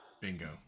Bingo